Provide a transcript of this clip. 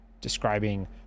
describing